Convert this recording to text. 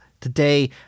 today